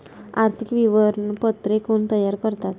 आर्थिक विवरणपत्रे कोण तयार करतात?